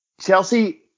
Chelsea